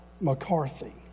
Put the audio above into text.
McCarthy